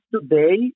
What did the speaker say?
today